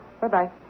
Bye-bye